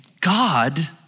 God